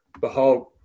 behold